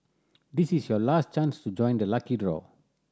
this is your last chance to join the lucky draw